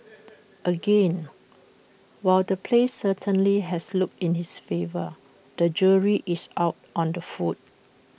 again while the place certainly has looks in its favour the jury is out on the food